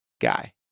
guy